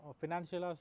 financial